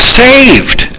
saved